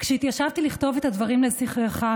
כשהתיישבתי לכתוב את הדברים לזכרך,